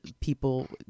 people